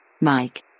Mike